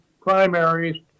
primaries